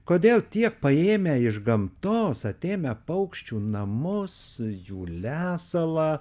kodėl tiek paėmę iš gamtos atėmę paukščių namus jų lesalą